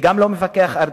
וגם לא מפקח ארצי.